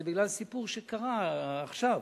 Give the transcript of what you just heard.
זה בגלל סיפור שקרה עכשיו.